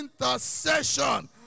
intercession